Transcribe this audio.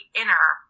inner